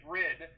rid